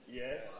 yes